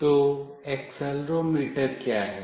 तो एक्सेलेरोमीटर क्या है